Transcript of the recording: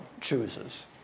chooses